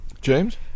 James